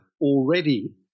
already